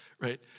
Right